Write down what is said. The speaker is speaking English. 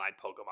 Pokemon